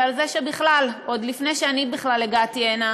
ועל זה שעוד לפני שאני בכלל הגעתי הנה